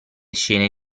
scene